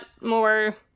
more